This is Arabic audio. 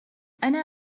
أنا